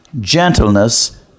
gentleness